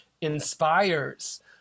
inspires